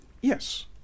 Yes